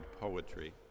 poetry